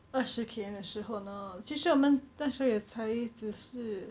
二十 K_M 的时候呢其实我们但是也才只是